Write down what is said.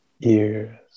ears